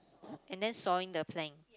and then sawing the plank